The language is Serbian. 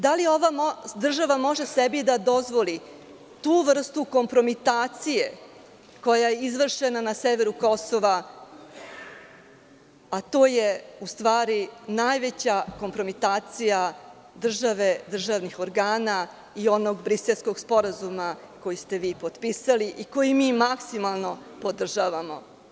Da li ova država može sebi da dozvoli tu vrstu kompromitacije koja je izvršena na severu Kosova, a to je u stvari najveća kompromitacija države, državnih organa i onog Briselskog sporazuma koji ste vi potpisali i koji mi maksimalno podržavamo.